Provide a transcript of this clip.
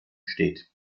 steht